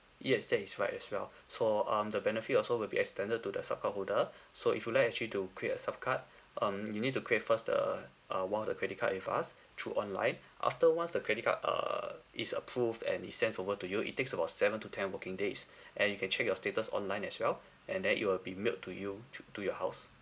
yes that is right as well so um the benefit also will be extended to the sup card holder so if you like actually to create a sup card um you need to create first the uh one of the credit card with us through online after once the credit card err is approved and it sends over to you it takes about seven to ten working days and you can check your status online as well and then it will be mailed to you to to your house